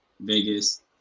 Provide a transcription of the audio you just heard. Vegas